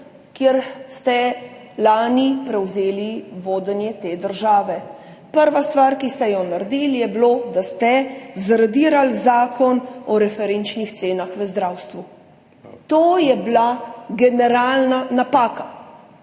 ko ste lani prevzeli vodenje te države. Prva stvar, ki ste jo naredili, je bila, da ste zradirali zakon o referenčnih cenah v zdravstvu. To je bila generalna napaka.